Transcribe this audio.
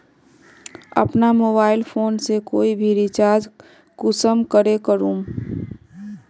अपना mobile phone से कोई भी रिचार्ज कुंसम करे करूम?